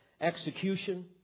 execution